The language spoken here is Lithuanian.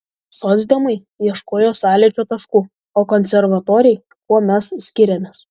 socdemai ieškojo sąlyčio taškų o konservatoriai kuo mes skiriamės